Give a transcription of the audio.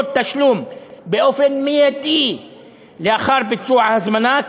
תשלום באופן מיידי לאחר ביצוע ההזמנה,